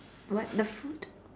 what the front